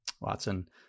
Watson